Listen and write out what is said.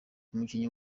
umukinnyi